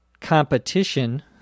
competition